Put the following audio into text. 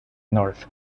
north